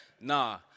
Nah